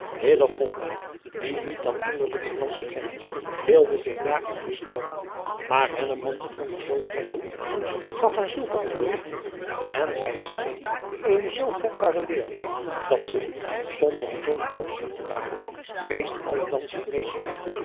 die niet dan kinderlijke dansen kende wilde zich daarvan verschoonen maar driaan oosjes zn et leven van illegonda uisman drong er zoo sterk op aan gaf haar zulke onderrigtingen en zij scheen eene zoo vatbare leerlinge dat zij zonder bijzonder opzien te baren meest alle dansen